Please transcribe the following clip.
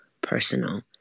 personal